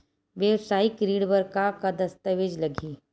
वेवसायिक ऋण बर का का दस्तावेज लगही?